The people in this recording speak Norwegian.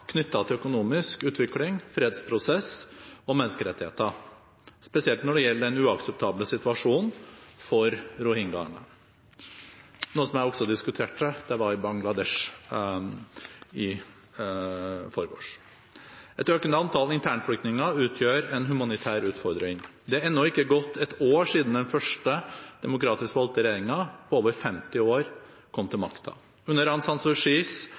til økonomisk utvikling, fredsprosess og menneskerettigheter, spesielt når det gjelder den uakseptable situasjonen for rohingyaene, noe som også ble diskutert da jeg var i Bangladesh i forgårs. Et økende antall internflyktninger utgjør en humanitær utfordring. Det har ennå ikke gått et år siden den første demokratisk valgte regjeringen på over 50 år kom til makten. Under